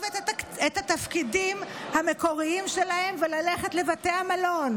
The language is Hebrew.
את התפקידים המקוריים שלהן וללכת לבתי המלון,